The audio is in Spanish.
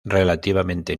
relativamente